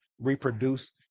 reproduce